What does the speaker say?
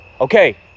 Okay